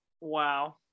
wow